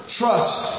trust